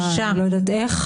אני לא יודעת איך.